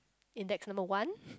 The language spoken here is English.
index number one